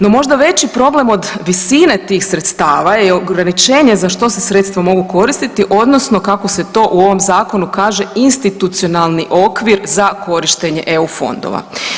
No možda veći problem od visine tih sredstava je ograničenje za što se sredstva mogu koristiti odnosno kako se to u ovom zakonu kaže institucionalni okvir za korištenje eu fondova.